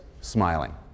smiling